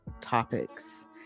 topics